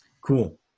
Cool